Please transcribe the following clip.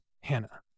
Hannah